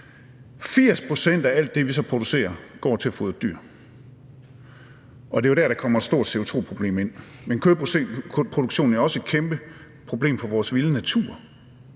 80 pct. af alt det, vi så producerer, går til at fodre dyr, og det er jo der, der kommer et stort CO2-problem ind. Men kødproduktionen er også et kæmpeproblem for vores vilde natur.